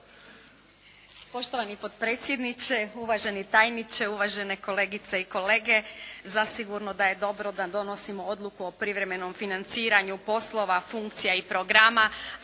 Poštovani potpredsjedniče, uvaženi tajniče, uvažene kolegice i kolege. Zasigurno da je dobro da donosimo odluku o privremenom financiranju poslova, funkcija i programa